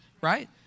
right